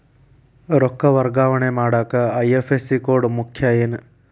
ರೊಕ್ಕ ವರ್ಗಾವಣೆ ಮಾಡಾಕ ಐ.ಎಫ್.ಎಸ್.ಸಿ ಕೋಡ್ ಮುಖ್ಯ ಏನ್